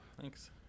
thanks